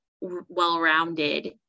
well-rounded